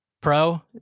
pro